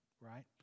right